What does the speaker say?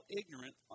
ignorant